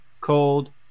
Cold